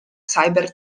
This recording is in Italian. cyber